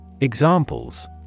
Examples